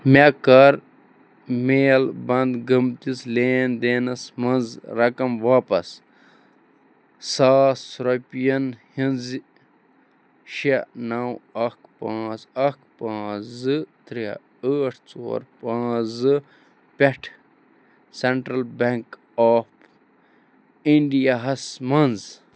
مےٚ کر میل بنٛد گٔمتِس لین دینس منٛز رقم واپس ساس رۄپِین ہِنٛزِ شےٚ نو اکھ پانٛژھ اکھ پانٛژھ زٕ ترٛےٚ ٲٹھ ژور پانٛژھ زٕ پٮ۪ٹھ سٮ۪نٛٹرل بٮ۪نٛک آف اِنٛڈِیاہس منٛز